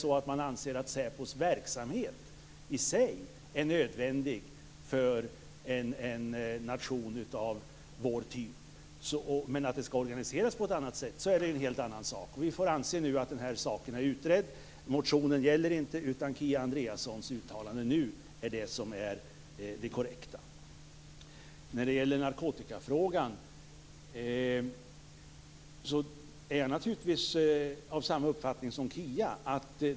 Om man anser att SÄPO:s verksamhet i sig är nödvändig för en nation av samma typ som vår nation, men att det skall organiseras på ett annat sätt, är det en helt annan sak. Vi får nu anse att den saken är utredd. Miljöpartiets motion gäller alltså inte, utan Kia Andreassons uttalande nu är det som är det korrekta. I narkotikafrågan är jag av samma uppfattning som Kia Andreasson.